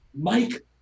mike